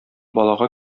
балага